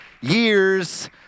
years